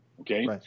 Okay